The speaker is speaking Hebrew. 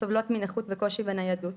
הסובלות מנכות וקושי בניידות,